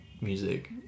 music